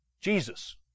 Jesus